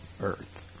earth